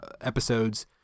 episodes